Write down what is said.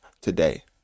today